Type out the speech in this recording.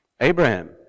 Abraham